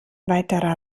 weiterer